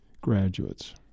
graduates